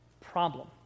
problem